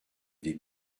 des